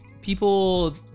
people